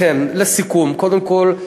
לכן, לסיכום, קודם כול,